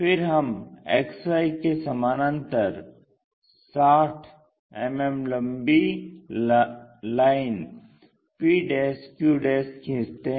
फिर हम XY के समानांतर 60 मिमी लम्बी लाइन pq खींचते हैं